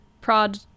prod